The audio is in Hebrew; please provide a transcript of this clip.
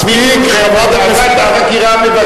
מספיק, חברת הכנסת אדטו.